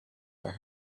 for